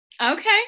okay